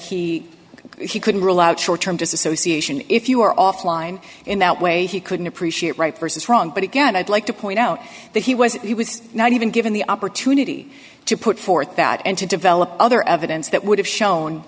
that he couldn't rule out short term dissociation if you were offline in that way he couldn't appreciate right versus wrong but again i'd like to point out that he was he was not even given the opportunity to put forth that and to develop other evidence that would have shown